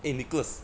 eh nicholas